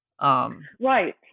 Right